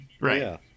Right